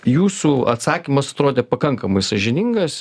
jūsų atsakymas atrodė pakankamai sąžiningas